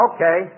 Okay